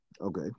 okay